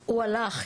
הלך,